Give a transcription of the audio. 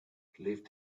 left